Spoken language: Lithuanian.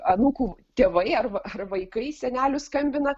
anūkų tėvai arba ar vaikai seneliui skambina